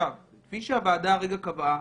כפי שהוועדה הרגע קבעה,